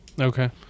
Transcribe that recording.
Okay